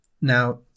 Now